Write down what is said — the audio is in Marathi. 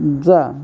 जा